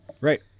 Right